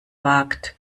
wagt